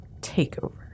takeover